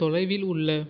தொலைவில் உள்ள